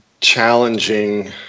challenging